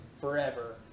Forever